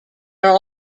are